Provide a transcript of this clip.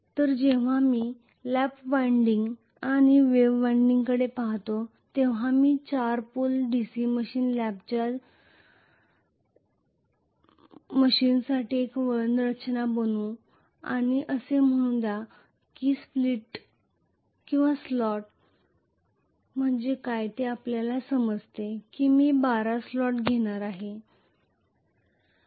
तर जेव्हा मी लॅप वाइंडिंग आणि वेव्ह वाइंडिंगकडे पहातो तेव्हा मी 4 पोल DC मशीन लॅपच्या जखमेसाठी एक वळण रचना बनवतो आणि असे म्हणू द्या की स्लॉट म्हणजे काय ते आपल्याला समजते की मी १२ स्लॉट घेणार आहे